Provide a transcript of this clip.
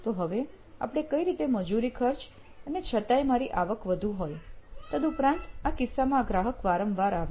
તો હવે આપણે કઈ રીતે મજૂરી ખર્ચ અને છતાંય મારી આવક વધુ હોય તદુપરાંત આ કિસ્સામાં ગ્રાહક વારંવાર આવે